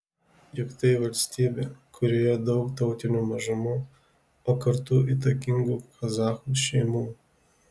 juk tai valstybė kurioje daug tautinių mažumų o kartu įtakingų kazachų šeimų